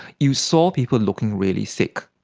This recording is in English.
you saw people looking really sick,